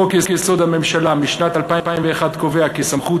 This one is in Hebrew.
חוק-יסוד: הממשלה משנת 2001 קובע כי סמכות